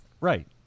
right